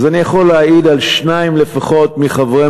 אז אני יכול להעיד על שניים לפחות מחברי